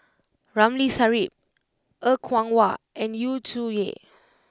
Ramli Sarip Er Kwong Wah and Yu Zhuye